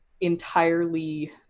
entirely